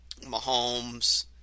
mahomes